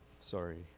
sorry